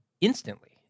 instantly